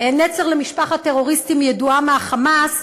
נצר למשפחת טרוריסטים ידועה מה"חמאס",